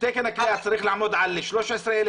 תקן הכליאה צריך לעמוד על 13,000,